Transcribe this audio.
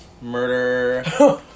murder